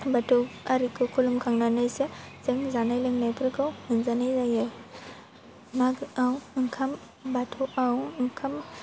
बाथौ आरिखौ खुलुमखांनानैसो जों जानाय लोंनायफोरखौ मोनजानाय जायो मागोआव ओंखाम बाथौआव ओंखाम